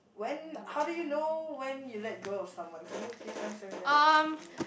when how do you know when you let go of someone can you please answer that with me